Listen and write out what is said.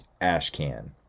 Ashcan